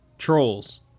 Trolls